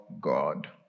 God